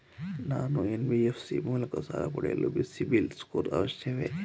ನಾನು ಎನ್.ಬಿ.ಎಫ್.ಸಿ ಮೂಲಕ ಸಾಲ ಪಡೆಯಲು ಸಿಬಿಲ್ ಸ್ಕೋರ್ ಅವಶ್ಯವೇ?